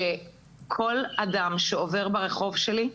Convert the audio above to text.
כל אדם שעובר ברחוב שלי,